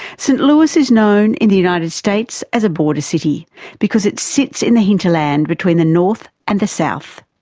st louis is known in the united states as a border city because it sits in the hinterland between the north and the south.